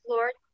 Lord